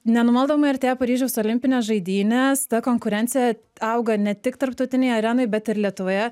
nenumaldomai artėja paryžiaus olimpinės žaidynės ta konkurencija auga ne tik tarptautinėj arenoj bet ir lietuvoje